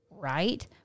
Right